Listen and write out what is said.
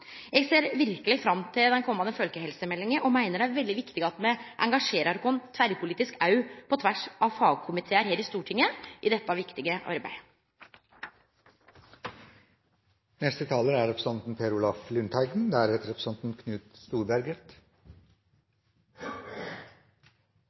Eg ser verkeleg fram til den komande folkehelsemeldinga og meiner det er veldig viktig at me engasjerer oss tverrpolitisk – òg på tvers av fagkomitear her i Stortinget – i dette viktige arbeidet. Som flere har vært inne på, vil også jeg berømme representanten